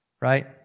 Right